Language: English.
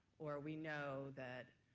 or we know that